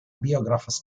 biograph